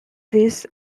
this